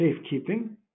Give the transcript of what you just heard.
safekeeping